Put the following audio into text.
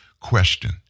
question